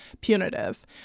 punitive